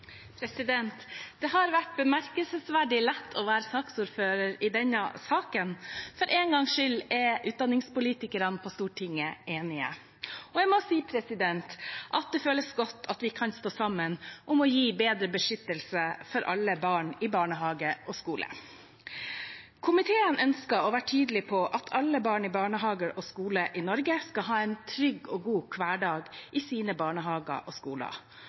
minutter. Det har vært bemerkelsesverdig lett å være saksordfører i denne saken. For en gangs skyld er utdanningspolitikerne på Stortinget enige. Jeg må si at det føles godt at vi kan stå sammen om å gi bedre beskyttelse for alle barn i barnehage og skole. Komiteen ønsker å være tydelig på at alle barn i barnehager og skoler i Norge skal ha en trygg og god hverdag i sine barnehager og skoler,